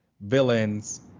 villains